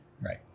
right